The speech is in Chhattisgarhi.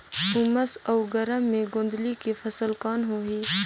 उमस अउ गरम मे गोंदली के फसल कौन होही?